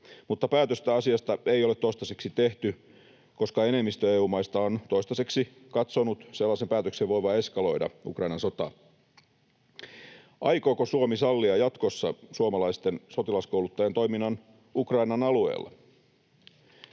mutta päätöstä asiasta ei ole toistaiseksi tehty, koska enemmistö EU-maista on toistaiseksi katsonut sellaisen päätöksen voivan eskaloida Ukrainan sotaa. Aikooko Suomi sallia jatkossa suomalaisten sotilaskouluttajien toiminnan Ukrainan alueella?